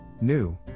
New